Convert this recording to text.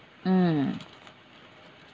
mm